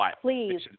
please